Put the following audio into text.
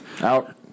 out